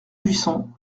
buisson